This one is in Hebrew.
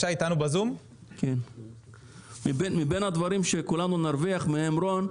מבין הדברים שכולנו נרוויח מהם רון,